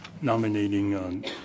nominating